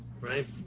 right